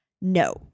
No